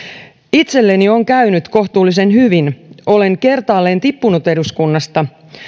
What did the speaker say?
itselleni on käynyt kohtuullisen hyvin olen kertaalleen tippunut eduskunnasta